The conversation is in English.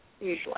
usually